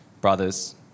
Brothers